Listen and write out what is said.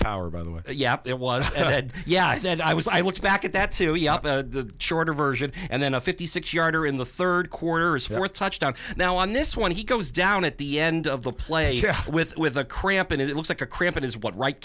power by the way yeah it was yeah and i was i look back at that to the shorter version and then a fifty six yarder in the third quarter is fourth touchdown now on this one he goes down at the end of the play with with a cramp and it looks like a cramp in his what right